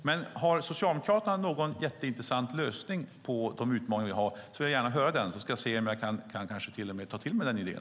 Men har Socialdemokraterna någon jätteintressant lösning på de utmaningar som vi har vill jag gärna höra den, så ska jag se om jag kanske till och med kan ta till mig den idén.